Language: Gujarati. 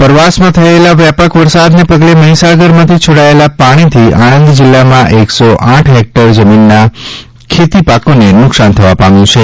ઉપરવાસમાં થયેલા વ્યાપક વરસાદને પગલે મહિસાગરમાંથી છોડાયેલા પાણીથી આણંદ તિલ્લામાં એક સો આઠ હેક્ટર મીનના ખેતી પાકોને નુકસાન થવા પામ્યું છે